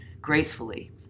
gracefully